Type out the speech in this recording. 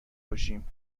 کشیم